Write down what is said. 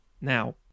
Now